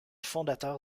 fondateur